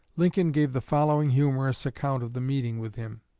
lincoln gave the following humorous account of the meeting with him